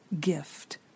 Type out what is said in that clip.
GIFT